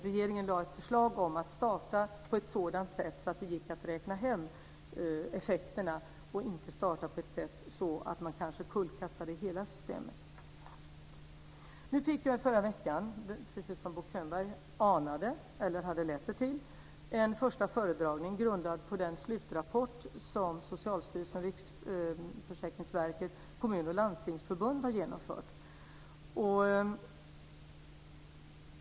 Regeringen lade fram ett förslag om att starta på ett sådant sätt att det gick att räkna hem effekterna och inte starta på ett sätt som gjorde att man kanske kullkastade hela systemet. Nu fick jag i förra veckan, precis som Bo Könberg anade eller hade läst sig till, en första föredragning grundad på den slutrapport som Socialstyrelsen, Riksförsäkringsverket och kommun och landstingsförbund har genomfört.